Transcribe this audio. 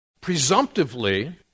Presumptively